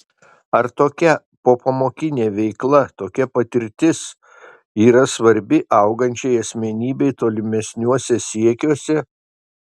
ar tokia popamokinė veikla tokia patirtis yra svarbi augančiai asmenybei tolimesniuose siekiuose